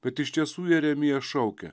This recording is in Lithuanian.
bet iš tiesų jeremiją šaukia